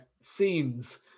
Scenes